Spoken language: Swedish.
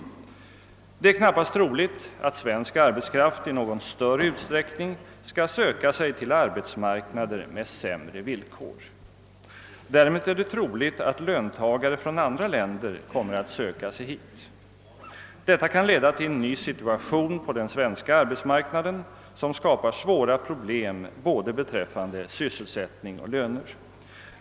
Det är knappast troligt att svensk arbetskraft i någon större utsträckning skall söka sig till arbetsmarknader med sämre villkor. Däremot är det sannolikt att löntagare från andra länder kommer att söka sig hit. Detta kan leda till en ny situation på den svenska arbetsmarknaden som skapar svåra problem beträffande både sysselsättning och löner.